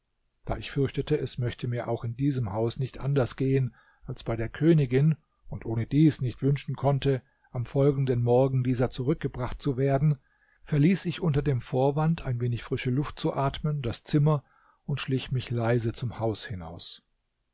da ich fürchtete es möchte mir auch in diesem haus nicht anders gehen als bei der königin und ohnedies nicht wünschen konnte am folgenden morgen dieser zurückgebracht zu werden verließ ich unter dem vorwand ein wenig frische luft zu atmen das zimmer und schlich mich leise zum haus hinaus